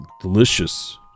delicious